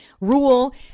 rule